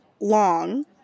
long